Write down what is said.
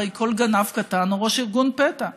הרי כל גנב קטן הוא ראש ארגון פשע.